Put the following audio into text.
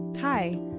Hi